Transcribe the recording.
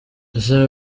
ese